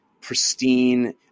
pristine